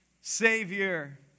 savior